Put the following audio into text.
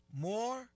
More